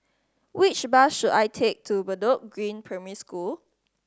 which bus should I take to Bedok Green Primary School